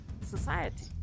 society